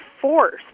Force